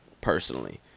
personally